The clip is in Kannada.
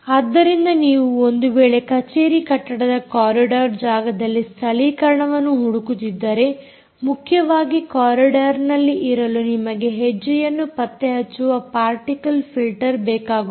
ಆದ್ದರಿಂದ ನೀವು ಒಂದು ವೇಳೆ ಕಚೇರಿ ಕಟ್ಟಡದ ಕಾರಿಡಾರ್ ಜಾಗದಲ್ಲಿ ಸ್ಥಳೀಕರಣವನ್ನು ಹುಡುಕುತ್ತಿದ್ದರೆ ಮುಖ್ಯವಾಗಿ ಕಾರಿಡಾರ್ನಲ್ಲಿ ಇರಲು ನಿಮಗೆ ಹೆಜ್ಜೆಯನ್ನು ಪತ್ತೆಹಚ್ಚುವ ಪಾರ್ಟಿಕಲ್ ಫಿಲ್ಟರ್ ಬೇಕಾಗುತ್ತದೆ